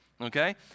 okay